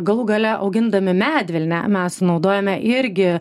galų gale augindami medvilnę mes sunaudojame irgi